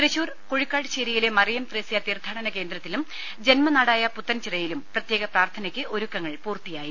തൃശ്ശൂർ കുഴിക്കാട്ട്ശ്ശേരിയിലെ മറിയം ത്രേസ്യ തീർത്ഥാടന കേന്ദ്രത്തിലും ജന്മനാടായ പുത്തൻചിറയിലും പ്രത്യേക പ്രാർത്ഥനയ്ക്ക് ഒരുക്കങ്ങൾ പൂർത്തിയായി